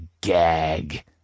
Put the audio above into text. gag